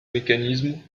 mécanismes